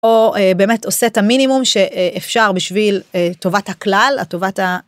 או באמת עושה את המינימום שאפשר בשביל טובת הכלל, הטובת ה...